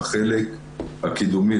לחלק הקידומי,